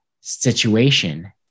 situation